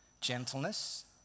gentleness